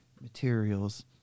materials